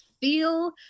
feel